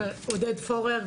עודד פורר,